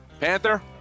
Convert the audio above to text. Panther